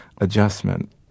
adjustment